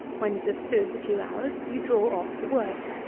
when it has stood the two hours, you draw off the wort.